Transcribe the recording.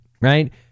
right